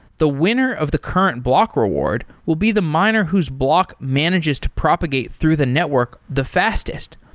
the winner of the current block reward will be the miner whose block manages to propagate through the network the fastest.